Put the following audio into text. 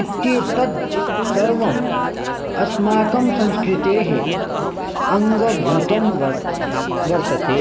इत्येतद् सर्वम् अस्माकं संस्कृतेः अङ्गभूतं वर्तते